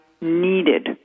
needed